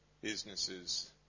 businesses